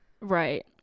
right